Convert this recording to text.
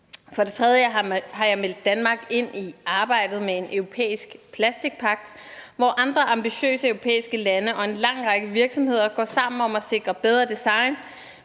For det tredje har jeg meldt Danmark ind i arbejdet med en europæisk plastikpagt, hvor andre ambitiøse europæiske lande og en lang række virksomheder går sammen om at sikre bedre design,